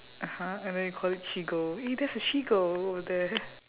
(uh huh) and then you call it cheagle eh that's a cheagle over there